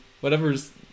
Whatever's